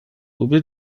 ubi